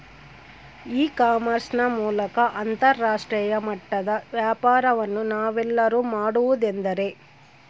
E commerce ನ ಮೂಲಕ ಅಂತರಾಷ್ಟ್ರೇಯ ಮಟ್ಟದ ವ್ಯಾಪಾರವನ್ನು ನಾವೆಲ್ಲರೂ ಮಾಡುವುದೆಂದರೆ?